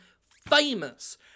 famous